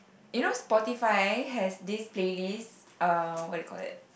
you know Spotify has this playlist uh what do you call it